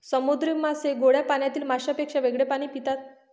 समुद्री मासे गोड्या पाण्यातील माशांपेक्षा वेगळे पाणी पितात